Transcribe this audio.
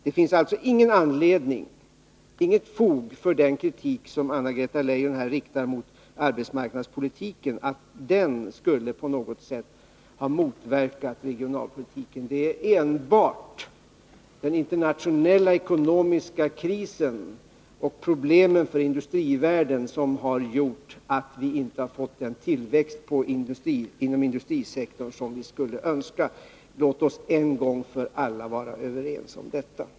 Det finns alltså inget fog för Anna-Greta Leijons påståenden att arbetsmarknadspolitiken skulle ha motverkat regionalpolitiken. Det är enbart den internationella ekonomiska krisen och problemen för industrivärlden som gjort att vi inte har fått den tillväxt inom industrisektorn som vi skulle ha önskat. Låt oss en gång för alla vara överens om detta.